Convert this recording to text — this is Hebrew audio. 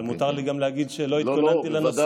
מותר, אבל מותר לי גם להגיד שלא התכוננתי לנושא.